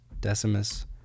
Decimus